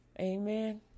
Amen